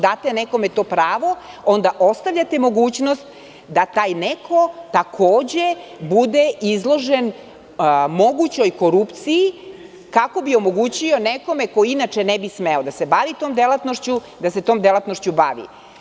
Date nekome to pravo onda ostavljate mogućnost da taj neko takođe bude izložen mogućoj korupciji kako bi omogućio nekome ko inače ne bi smeo da se bavi tom delatnošću, da se tom delatnošću bavi.